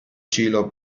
cielo